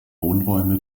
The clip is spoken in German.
wohnräume